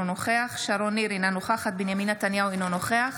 אינו נוכח